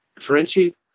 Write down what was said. Frenchie